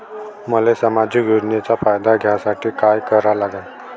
मले सामाजिक योजनेचा फायदा घ्यासाठी काय करा लागन?